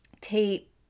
tape